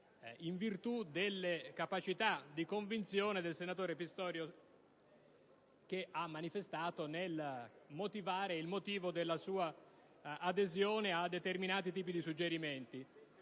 in virtù delle capacità di convinzione che il senatore Pistorio ha manifestato nell'esprimere il motivo della sua adesione a determinati tipi di suggerimenti.